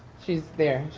she's there,